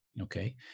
okay